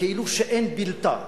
כאילו אין בלתו,